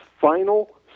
final